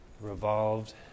Revolved